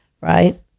Right